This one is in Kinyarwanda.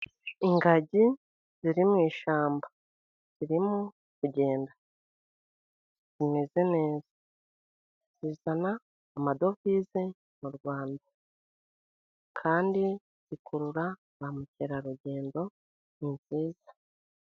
Ingagi ziri mu ishyamba zirimo kugenda zimeze neza zizana amadovize mu Rwanda kandi zikurura ba mukerarugendo ni byiza.